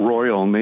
Royal